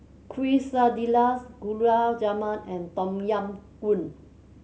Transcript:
Quesadillas Gulab Jamun and Tom Yam Goong